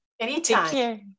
Anytime